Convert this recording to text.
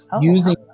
using